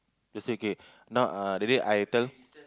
let say okay now ah that day I tell